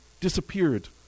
disappeared